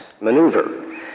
maneuver